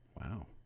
Wow